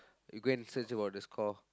you go and search about the score